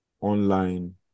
online